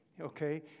okay